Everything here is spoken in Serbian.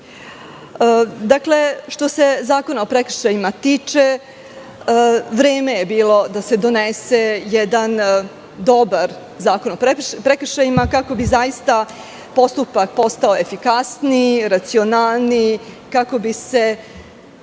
rešenja. Što se Zakona o prekršajima tiče, vreme je bilo da se donese jedan dobar zakon o prekršajima kako bi zaista postupak postao efikasniji, racionalniji, kako bi se